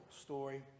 story